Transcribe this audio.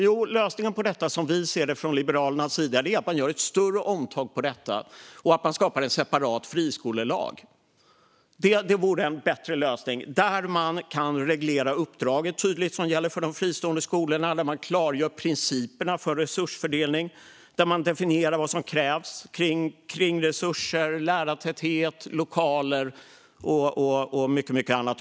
Jo, en bättre lösning på detta är, som vi ser det från Liberalernas sida, att man gör ett större omtag på detta och skapar en separat friskolelag, där man tydligt reglerar det uppdrag som gäller för de fristående skolorna, klargör principerna för resursfördelning och definierar vad som krävs vad gäller resurser, lärartäthet, lokaler och mycket annat.